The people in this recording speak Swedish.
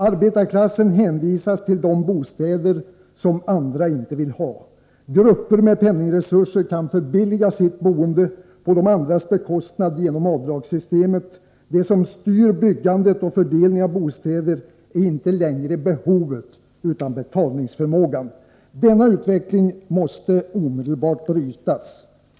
Arbetarklassen hänvisas till de bostäder som andra inte vill ha. Grupper med penningresurser kan förbilliga sitt boende på de andras bekostnad genom avdragssystemet. Det som styr byggande och fördelning av bostäder är inte längre behovet utan betalningsförmågan. Denna utveckling måste omedelbart brytas.